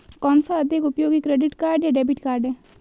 कौनसा अधिक उपयोगी क्रेडिट कार्ड या डेबिट कार्ड है?